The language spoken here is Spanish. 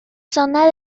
zona